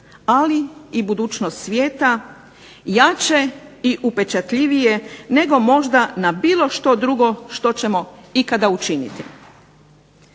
ali i budućnost svijeta jače i upečatljivije nego možda na bilo što drugo nego što ćemo ikada učiniti.